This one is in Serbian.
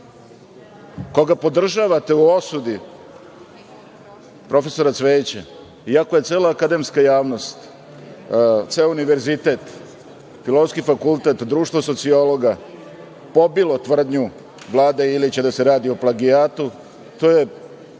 koga podržavate u osudi profesora Cvejića iako je cela akademska javnost, ceo univerzitet, Filozofski fakultet, Društvo sociologa, pobilo tvrdnju Vlade Ilića da se radi o plagijatu. To je